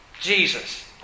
Jesus